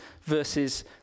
versus